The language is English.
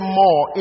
more